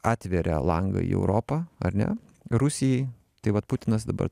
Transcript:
atveria langą į europą ar ne rusijai tai vat putinas dabar